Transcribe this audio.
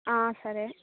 సరే